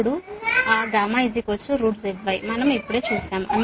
ఇప్పుడు ఆ γzy మనం ఇప్పుడే చూశాము